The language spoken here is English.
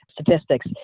statistics